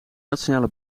nationale